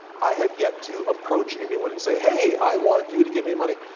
i have yet to approach anyone and say, hey i want you to give me money.